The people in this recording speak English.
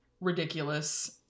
ridiculous